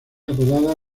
apodada